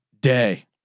day